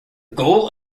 goal